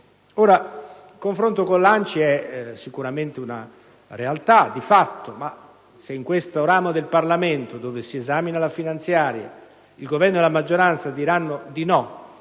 Il confronto con l'ANCI è sicuramente una realtà di fatto, ma se in questo ramo del Parlamento, dove si esamina la finanziaria, il Governo e la maggioranza diranno di no